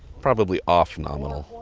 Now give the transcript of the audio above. probably off-nominal.